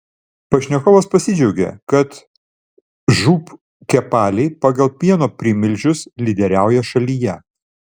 pašnekovas pasidžiaugė kad žūb kepaliai pagal pieno primilžius lyderiauja šalyje